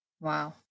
Wow